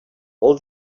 all